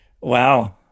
Wow